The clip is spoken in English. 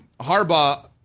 Harbaugh